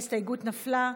ההסתייגות נפלה.